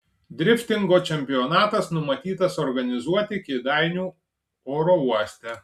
driftingo čempionatas numatytas organizuoti kėdainių oro uoste